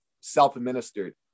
self-administered